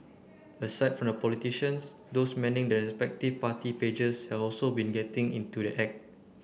aside from the politicians those manning the respective party pages have also been getting into the act